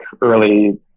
early